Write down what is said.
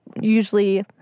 usually